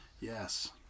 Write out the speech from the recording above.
Yes